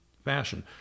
fashion